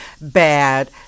bad